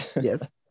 yes